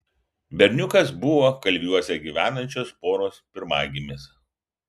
berniukas buvo kalviuose gyvenančios poros pirmagimis